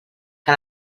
que